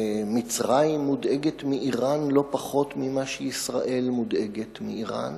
שמצרים מודאגת מאירן לא פחות ממה שישראל מודאגת מאירן,